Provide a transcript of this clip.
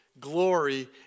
glory